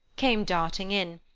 came darting in,